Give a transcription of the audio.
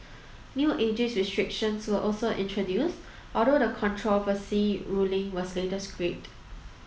new ageist restrictions were also introduced although the controversial ruling was later scrapped